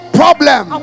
problem